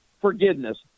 forgiveness